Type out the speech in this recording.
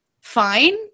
fine